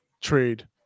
trade